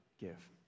give